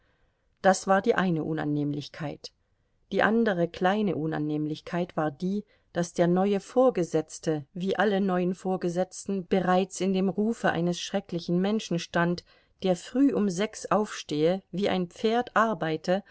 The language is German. das war die eine unannehmlichkeit die andere kleine unannehmlichkeit war die daß der neue vorgesetzte wie alle neuen vorgesetzten bereits in dem rufe eines schrecklichen menschen stand der früh um sechs aufstehe wie ein pferd arbeite